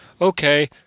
Okay